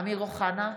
אמיר אוחנה,